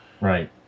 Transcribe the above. Right